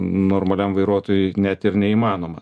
normaliam vairuotojui net ir neįmanoma